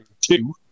two